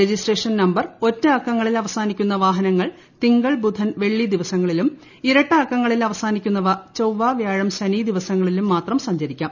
രജിസ് ട്രേഷൻ number ഒറ്റ അക്കങ്ങളിൽ അവസാനിക്കുന്ന വാഹനങ്ങൾ തിങ്കൾ ബുധൻ വെള്ളി ദിവസങ്ങളിലും ഇരട്ട അക്കങ്ങളിൽ അവസാനിക്കുന്നവ ചൊവ്വ വ്യാഴം ശനി ദിവസങ്ങളിലും മാത്രം സഞ്ചരിക്കാം